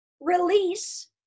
release